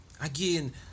again